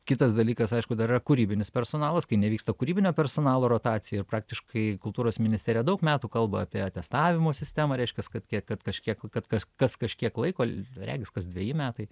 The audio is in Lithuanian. kitas dalykas aišku dar yra kūrybinis personalas kai nevyksta kūrybinio personalo rotacija ir praktiškai kultūros ministerija daug metų kalba apie atestavimo sistemą reiškias kad kiek kad kažkiek kad kas kas kažkiek laiko regis kas dveji metai